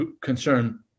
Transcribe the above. concern